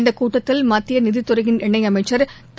இந்த கப்டத்தில் மத்திய நிதித்துறையிள் இணையமைச்சர் திரு